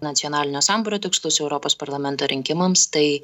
nacionalinio sambūrio tikslus europos parlamento rinkimams tai